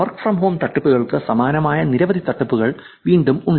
work from home തട്ടിപ്പുകൾക്ക് സമാനമായ നിരവധി തട്ടിപ്പുകൾ വീണ്ടും ഉണ്ട്